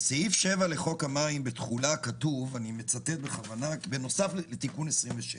בסעיף 7 לחוק המים בתחולה כתוב אני מצטט בנוסף לתיקון 27,